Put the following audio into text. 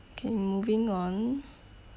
okay moving on